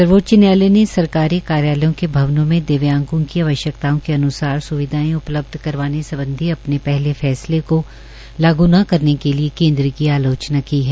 सर्वोच्च न्यायालय ने सरकारी कार्यालयों के भवनों में दिव्यागों की आवश्क्ताओं के अन्सार सुविधाएं उपलब्ध करवाने सम्बधी अपने पहले फैसले को लागू न करने के लिए केन्द्र की आलोचना की है